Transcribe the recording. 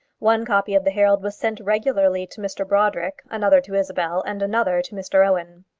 one copy of the herald was sent regularly to mr brodrick, another to isabel, and another to mr owen.